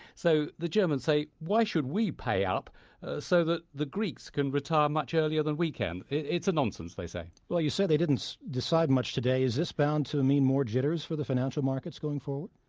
so the germans say why should we pay up so that the greeks can retire much earlier than we can. it's a nonsense they say. well, you say they didn't decide much today. is this bound to mean more jitters for the financial markets going forward?